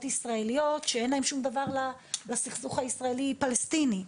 ישראליות שאין להן שום דבר לסכסוך הישראלי פלסטיני.